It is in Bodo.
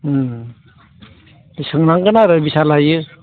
सोंनांगोन आरो बेसेबां लायो